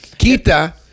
Quita